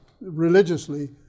religiously